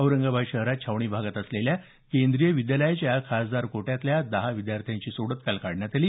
औरंगाबाद शहरात छावणी भागात असलेल्या केंद्रीय विद्यालयाच्या खासदार कोट्यातल्या दहा विद्यार्थ्यांची सोडत काल काढण्यात आली